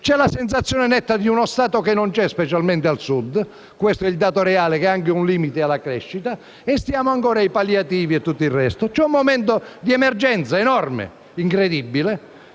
c'è la sensazione netta di uno Stato assente, specialmente al Sud - questo è un dato reale che è anche un limite alla crescita - e siamo ancora ai palliativi. Siamo in un momento di emergenza enorme, incredibile,